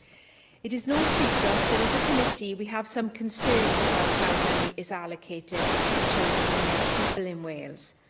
it is no secret that, as a committee, we have some concerns about how money is allocated for children and young people in wales.